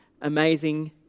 amazing